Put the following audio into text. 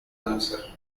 answer